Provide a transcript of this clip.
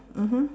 mmhmm